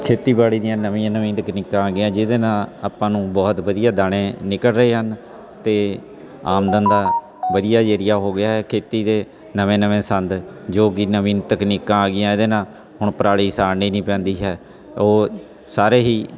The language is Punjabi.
ਖੇਤੀਬਾੜੀ ਦੀਆਂ ਨਵੀਆਂ ਨਵੀਆਂ ਤਕਨੀਕਾਂ ਆ ਗਈਆਂ ਜਿਹਦੇ ਨਾਲ ਆਪਾਂ ਨੂੰ ਬਹੁਤ ਵਧੀਆ ਦਾਣੇ ਨਿਕਲ ਰਹੇ ਹਨ ਅਤੇ ਆਮਦਨ ਦਾ ਵਧੀਆ ਜ਼ਰੀਆ ਹੋ ਗਿਆ ਹੈ ਖੇਤੀ ਦੇ ਨਵੇਂ ਨਵੇਂ ਸੰਦ ਜੋ ਕਿ ਨਵੀਂ ਤਕਨੀਕਾਂ ਆ ਗਈਆਂ ਇਹਦੇ ਨਾਲ ਹੁਣ ਪਰਾਲੀ ਸਾੜਨੀ ਨਹੀਂ ਪੈਂਦੀ ਹੈ ਉਹ ਸਾਰੇ ਹੀ